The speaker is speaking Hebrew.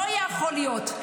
לא יכול להיות.